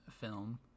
film